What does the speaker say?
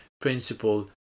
principle